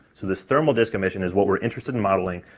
so this thermal disk emission is what we're interested in modeling,